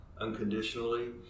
unconditionally